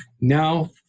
Now